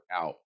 out